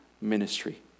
ministry